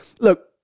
look